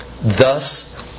thus